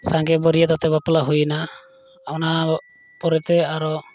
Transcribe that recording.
ᱥᱟᱸᱜᱮ ᱵᱟᱹᱨᱭᱟᱹᱛ ᱟᱛᱮᱫ ᱵᱟᱯᱞᱟ ᱦᱩᱭᱱᱟ ᱚᱱᱟ ᱯᱚᱨᱮᱛᱮ ᱟᱨᱚ